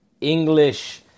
English